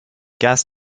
gas